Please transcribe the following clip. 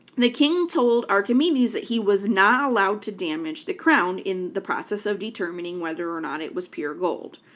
the king told archimedes that he was not allowed to damage the crown in the process of determining whether or not it was pure gold.